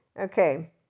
okay